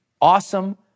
awesome